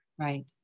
right